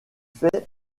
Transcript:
fait